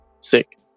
Sick